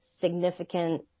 significant